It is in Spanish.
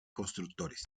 constructores